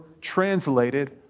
translated